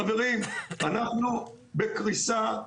חברים, אנחנו בקריסה.